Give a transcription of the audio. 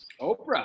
Oprah